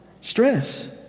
stress